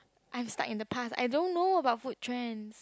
I am stucked in the past I don't know about food trends